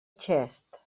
xest